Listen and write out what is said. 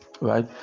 right